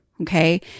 Okay